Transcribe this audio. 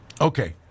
Okay